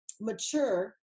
mature